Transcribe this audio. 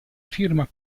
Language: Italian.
firma